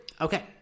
Okay